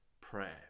prayer